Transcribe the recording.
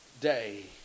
day